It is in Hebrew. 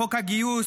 בחוק הגיוס,